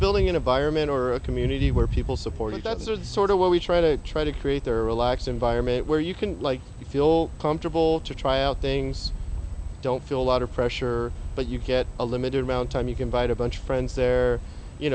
building in a vironment or a community where people support that's sort of what we try to try to create there relaxed environment where you can feel comfortable to try out things don't feel a lot of pressure but you get a limited amount time you can buy a bunch of friends there you